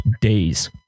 days